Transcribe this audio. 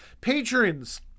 Patrons